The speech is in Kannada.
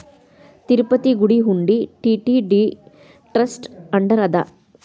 ತಿರುಪತಿ ಗುಡಿ ಹುಂಡಿ ಟಿ.ಟಿ.ಡಿ ಟ್ರಸ್ಟ್ ಅಂಡರ್ ಅದ